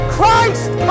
Christ